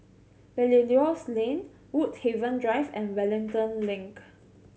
Belilios Lane Woodhaven Drive and Wellington Link